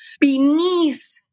beneath